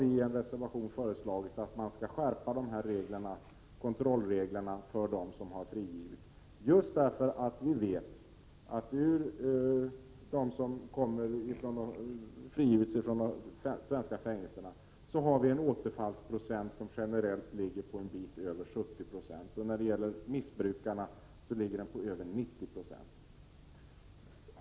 Vi har i en reservation föreslagit att man skall skärpa kontrollreglerna för dem som har frigivits, just därför att vi vet att bland dem som frigivits från svenska fängelser är återfallsfrekvensen generallt en bit över 70 Yo. När det gäller missbrukarna är den över 90 96.